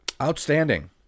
Outstanding